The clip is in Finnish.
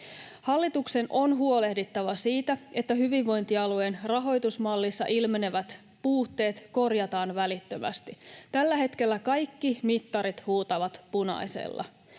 Hallituksen on huolehdittava siitä, että hyvinvointialueen rahoitusmallissa ilmenevät puutteet korjataan välittömästi. Tällä hetkellä kaikki mittarit huutavat punaisella.